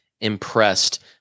impressed